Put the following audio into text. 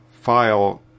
file